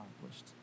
accomplished